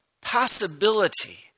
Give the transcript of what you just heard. possibility